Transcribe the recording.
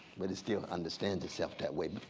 but it still understands itself that way,